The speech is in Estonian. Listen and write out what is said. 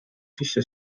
sisse